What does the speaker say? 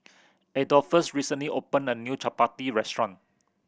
Adolphus recently opened a new Chapati restaurant